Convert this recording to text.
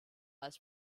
als